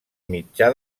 mitjà